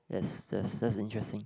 yes yes that's interesting